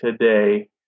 today